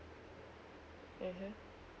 mmhmm